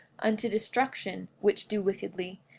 unto destruction, which do wickedly,